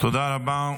תודה רבה.